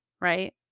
right